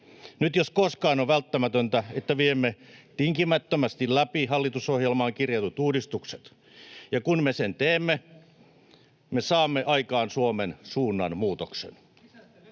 Nyt jos koskaan on välttämätöntä, että viemme tinkimättömästi läpi hallitusohjelmaan kirjatut uudistukset, [Jussi Saramo: Lisäätte velkaa!] ja kun me sen teemme, me saamme aikaan Suomen suunnan muutoksen.